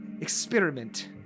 experiment